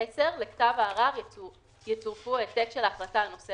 (ה)לכתב הערר יצורפו העתק של ההחלטה נושא